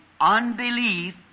unbelief